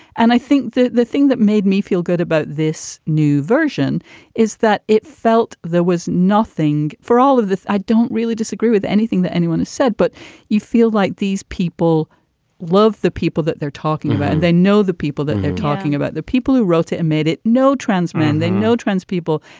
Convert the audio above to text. and i think the the thing that made me feel good about this new version is that it felt there was nothing for all of this. i don't really disagree with anything that anyone has said. but you feel like these people love the people that they're talking about. they know the people that they're talking about, the people who wrote it and made it. no transmen. they know trans people.